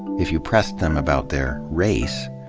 if you pressed them about their race,